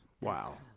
wow